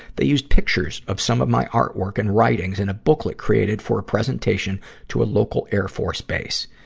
they used pictures of some of my artwork and writings in a booklet created for a presentation to a local air force base.